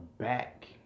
back